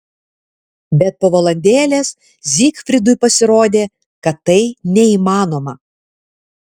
bet po valandėlės zygfridui pasirodė kad tai neįmanoma